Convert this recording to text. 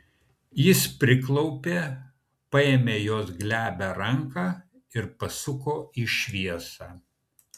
jis priklaupė paėmė jos glebią ranką ir pasuko į šviesą